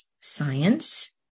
science